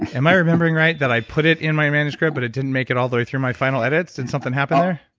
am i remembering right, that i put it in my manuscript but it didn't make it all the way through my final edits? did something happen there?